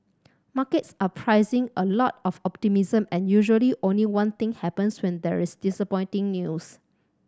markets are pricing a lot of optimism and usually only one thing happens when there is disappointing news